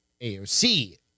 AOC